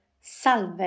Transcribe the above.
Salve